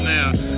Now